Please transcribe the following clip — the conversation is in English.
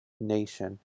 nation